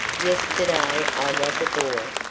yesterday i was a boy,